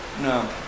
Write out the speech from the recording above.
No